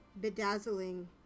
bedazzling